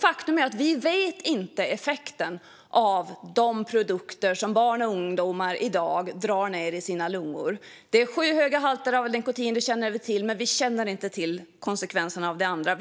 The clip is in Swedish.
Faktum är att vi inte känner till effekten av de produkter som barn och ungdomar i dag drar ned i sina lungor. Vi känner till att halterna av nikotin är skyhöga, men vi känner inte till konsekvenserna av det andra.